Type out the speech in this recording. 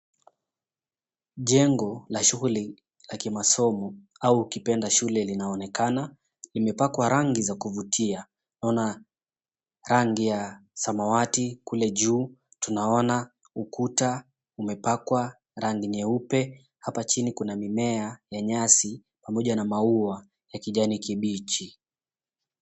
Jengo la shughuli la kimasomo au ukipenda shule linaonekana imepakwa rangi za kuvutia. Naona rangi ya samawati kule juu tunaona ukuta umepakwa rangi nyeupe hapa chini kuna mimea ya nyasi pamoja na maua ya kijani kibichi.